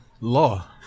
law